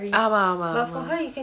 ஆமா ஆமா ஆமா:aama aama aama